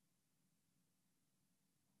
יש